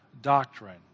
doctrine